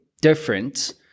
different